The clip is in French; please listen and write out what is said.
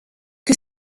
que